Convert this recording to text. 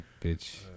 bitch